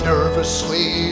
Nervously